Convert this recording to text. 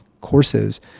courses